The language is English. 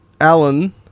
Alan